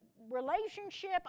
relationship